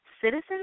citizens